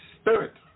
Spirit